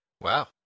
Wow